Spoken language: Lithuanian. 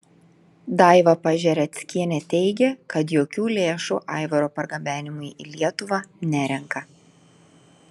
daiva pažereckienė teigė kad jokių lėšų aivaro pargabenimui į lietuvą nerenka